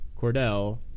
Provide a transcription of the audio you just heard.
Cordell